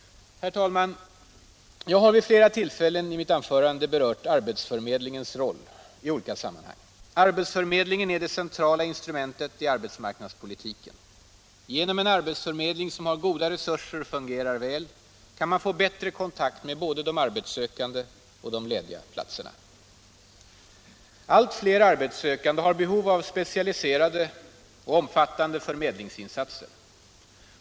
Jag har vid flera tillfällen i mitt anförande berört arbets Torsdagen den förmedlingens roll i olika sammanhang. Arbetsförmedlingen är det centrala — 16 december 1976 instrumentet i arbetsmarknadspolitiken. Genom en arbetsförmedling, som har goda resurser och fungerar bra, kan man få en bättre kontakt med Samordnad både de arbetssökande och de lediga platserna. sysselsättnings och Allt fler arbetssökande har behov av specialiserade och omfattande för — regionalpolitik medlingsinsatser.